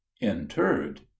Interred